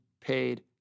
paid